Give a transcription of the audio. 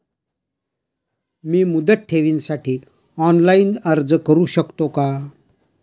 मी मुदत ठेवीसाठी ऑनलाइन अर्ज करू शकतो का?